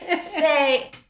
Say